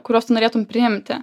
kuriuos tu norėtum priimti